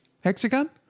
hexagon